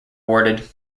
awarded